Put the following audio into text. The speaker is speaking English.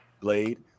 Blade